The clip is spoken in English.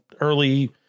early